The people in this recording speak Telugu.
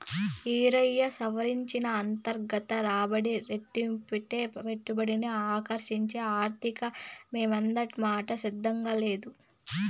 ఈరయ్యా, సవరించిన అంతర్గత రాబడి రేటంటే పెట్టుబడిని ఆకర్సించే ఆర్థిక పెమాదమాట సిత్రంగా లేదూ